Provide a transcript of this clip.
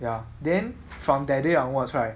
ya then from that day onwards right